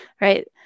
right